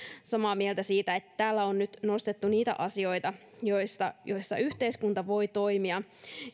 samaa mieltä siitä että täällä on nyt nostettu niitä asioita joissa yhteiskunta voi toimia